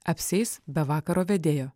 apsieis be vakaro vedėjo